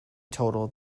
total